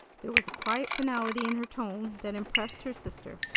there was a quiet finality in her tone that impressed her sister.